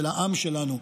של העם שלנו.